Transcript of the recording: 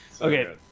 Okay